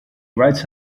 writes